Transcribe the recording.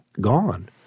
gone